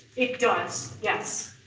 it does, yes.